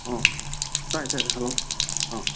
ꯑꯣ ꯇꯥꯏ ꯇꯥꯏ ꯇꯥꯏ ꯍꯦꯜꯂꯣ ꯑꯥ